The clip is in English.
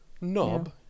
Knob